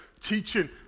teaching